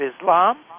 Islam